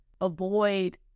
avoid